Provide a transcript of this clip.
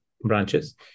branches